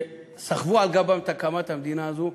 שסחבו על גבם את הקמת המדינה הזאת.